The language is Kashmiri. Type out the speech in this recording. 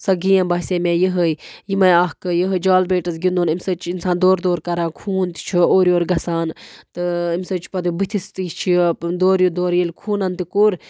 سۄ گیم باسے مےٚ یِہَے یِمے اَکھ یِہَے جال بیٹٕس گِنٛدُن اَمہِ سۭتۍ چھُ اِنسان دورٕ دورٕ کَران خوٗن تہِ چھُ اورٕ یورٕ گژھان تہٕ اَمہِ سۭتۍ چھِ پَتہٕ بُتھِس تہِ چھِ دورٕ دورٕ ییٚلہِ خوٗنَن تہِ کوٚر